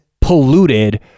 polluted